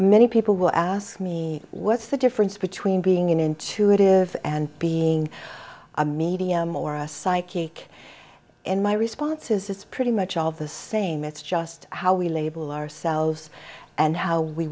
many people will ask me what's the difference between being an intuitive and being a medium or a psychic and my response is it's pretty much all the same it's just how we label ourselves and how we